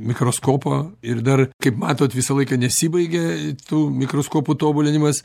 mikroskopo ir dar kaip matot visą laiką nesibaigia tų mikroskopų tobulinimas